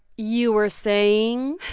you were saying?